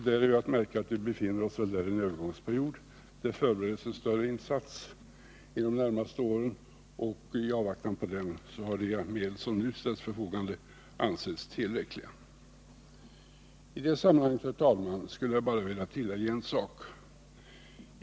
Där är att märka att vi befinner oss i en övergångsperiod. Det förbereds större insatser inom de närmaste åren, och i avvaktan på dem har de medel som nu ställs till förfogande ansetts tillräckliga. I det sammanhanget, herr talman, skulle jag vilja tillägga en sak.